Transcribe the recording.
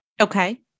Okay